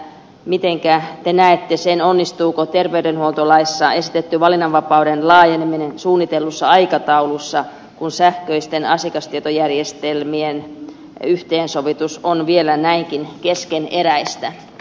mitenkä te näette sen onnistuuko terveydenhuoltolaissa esitetty valinnanvapauden laajeneminen suunnitellussa aikataulussa kun sähköisten asiakastietojärjestelmien yhteensovitus on vielä näinkin keskeneräistä